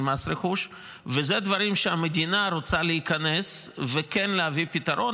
ואלה דברים שהמדינה רוצה להיכנס ולהביא פתרון,